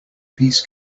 peace